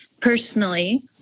personally